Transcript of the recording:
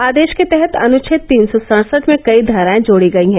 आदेश के तहत अनुच्छेद तीन सौ सडसठ में कई घाराए जोडी गई हैं